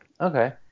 okay